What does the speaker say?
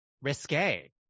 risque